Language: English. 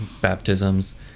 baptisms